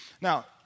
Now